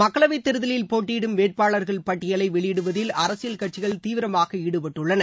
மக்களவைத் தேர்தலில் போட்டியிடும் வேட்பாளர்கள் பட்டியலை வெளியிடுவதில் அரசியல் கட்சிகள் தீவிரமாக ஈடுபட்டுள்ளன